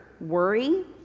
worry